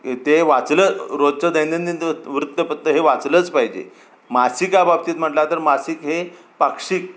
ते वाचलं रोजचं दैनंदिन वृत्तपत्र हे वाचलंच पाहिजे मासिकाबाबतीत म्हटला तर मासिक हे पाक्षिक